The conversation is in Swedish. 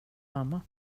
mamma